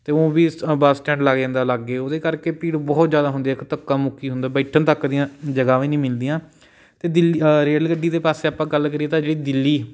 ਅਤੇ ਊਂ ਵੀ ਬੱਸ ਸਟੈਂਡ ਲੱਗ ਜਾਂਦਾ ਲਾਗੇ ਉਹਦੇ ਕਰਕੇ ਭੀੜ ਬਹੁਤ ਜ਼ਿਆਦਾ ਹੁੰਦੀ ਹੈ ਇੱਕ ਧੱਕਾ ਮੁੱਕੀ ਹੁੰਦਾ ਬੈਠਣ ਤੱਕ ਦੀਆਂ ਜਗ੍ਹਾਵਾਂ ਨਹੀਂ ਮਿਲਦੀਆਂ ਅਤੇ ਦਿੱਲੀ ਰੇਲਗੱਡੀ ਦੇ ਪਾਸੇ ਆਪਾਂ ਗੱਲ ਕਰੀਏ ਤਾਂ ਜਿਹੜੀ ਦਿੱਲੀ